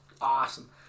awesome